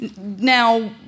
Now